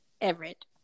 Everett